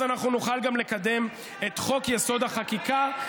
אז אנחנו נוכל גם לקדם את חוק-יסוד: החקיקה,